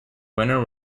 winner